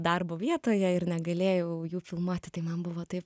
darbo vietoje ir negalėjau jų filmuoti tai man buvo taip